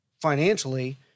financially